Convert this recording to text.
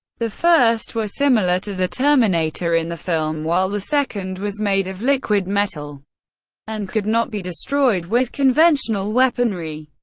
the first was similar to the terminator in the film, while the second was made of liquid metal and could not be destroyed with conventional weaponry.